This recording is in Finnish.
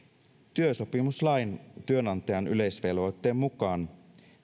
työsopimuslain työnantajan yleisvelvoitteen mukaan